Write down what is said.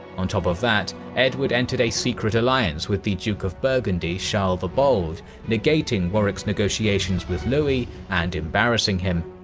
on top of that, edward entered a secret alliance with the duke of burgundy charles the bold negating warwick's negotiations with louis and embarrassing him.